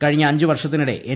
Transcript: കഴിഞ്ഞ അഞ്ച് വർഷത്തിനിടെ എൻ